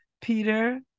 Peter